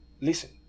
listen